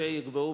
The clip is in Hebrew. שייקבעו,